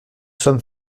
sommes